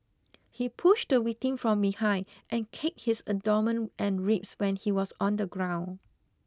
he pushed the victim from behind and kicked his abdomen and ribs when he was on the ground